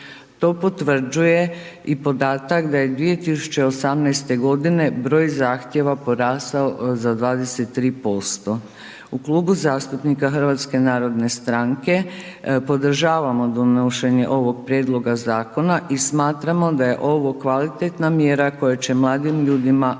To potvrđuje i podatak da je 2018. g. broj zahtjeva porastao za 23%. U Klubu zastupnika HNS-a podržavamo donošenje ovog prijedloga zakona i smatramo da je ovo kvalitetna mjera koja će mladim ljudima, mladim